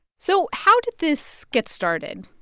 so how did this get started?